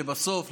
שבסוף,